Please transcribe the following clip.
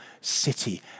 city